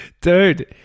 Dude